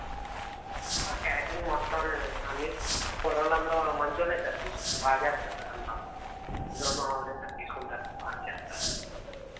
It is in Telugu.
క్యాటరింగ్ మొత్తం అన్నీ కుర్రోళ్ళు అందరు మంచి వాళ్ళే సార్ బాగా చేస్తారు సార్ అందరు అందరు మా వాళ్ళు సార్ తీసుకుంటారు బాగా చేస్తారు